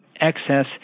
excess